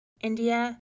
India